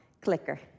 clicker